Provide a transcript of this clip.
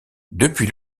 depuis